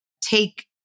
take